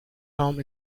home